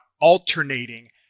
alternating